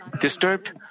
disturbed